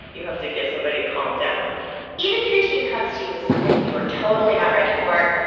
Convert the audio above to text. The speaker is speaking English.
you have to get somebody calmed down even if your teen comes to you with something you're totally not ready for,